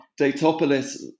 Datopolis